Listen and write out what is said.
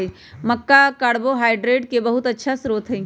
मक्का carbohydrate के बहुत अच्छा स्रोत हई